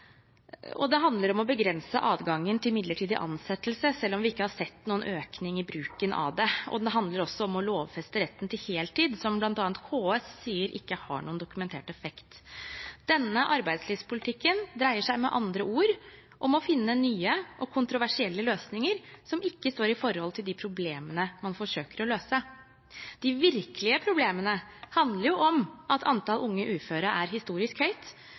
handler om å begrense adgangen til midlertidig ansettelse, selv om vi ikke har sett noen økning i bruken av det, og den handler også om å lovfeste retten til heltid, noe bl.a. KS sier ikke har noen dokumentert effekt. Denne arbeidslivspolitikken dreier seg med andre ord om å finne nye og kontroversielle løsninger som ikke står i forhold til de problemene man forsøker å løse. De virkelige problemene handler om at antall unge uføre er historisk høyt,